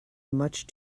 much